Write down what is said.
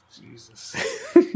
Jesus